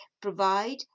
provide